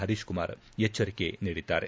ಹರೀಶ್ಕುಮಾರ್ ಎಚ್ಚರಿಕೆ ನೀಡಿದ್ದಾರೆ